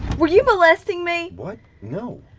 were you molesting me! what? no.